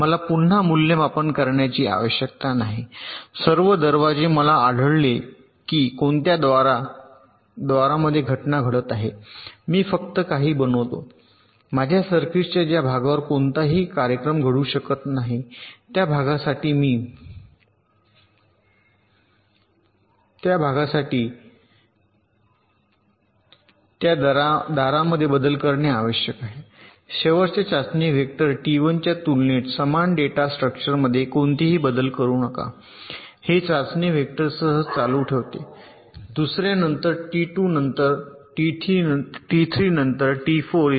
मला पुन्हा मूल्यमापन करण्याची आवश्यकता नाही सर्व दरवाजे मला आढळले की कोणत्या द्वारांमध्ये घटना घडत आहेत मी फक्त काही बनवतो माझ्या सर्किटच्या ज्या भागावर कोणताही कार्यक्रम घडू शकत नाही त्या भागासाठी त्या दारामध्ये बदल करणे आवश्यक आहे शेवटच्या चाचणी वेक्टर टी 1 च्या तुलनेत समान डेटा स्ट्रक्चरमध्ये कोणतेही बदल करु नका हे एका चाचणी वेक्टरसह चालू ठेवते दुसर्या नंतर टी 2 नंतर टी 3 नंतर टी 4 येते